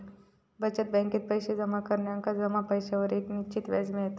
बचत बॅकेत पैशे जमा करणार्यांका जमा पैशांवर एक निश्चित व्याज मिळता